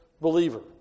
believer